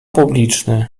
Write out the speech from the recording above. publiczny